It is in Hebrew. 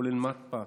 כולל מתפ"א,